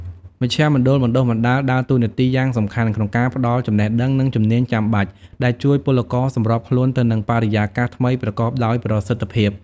មជ្ឈមណ្ឌលបណ្តុះបណ្តាលដើរតួនាទីយ៉ាងសំខាន់ក្នុងការផ្តល់ចំណេះដឹង និងជំនាញចាំបាច់ ដែលជួយពលករសម្របខ្លួនទៅនឹងបរិយាកាសថ្មីប្រកបដោយប្រសិទ្ធភាព។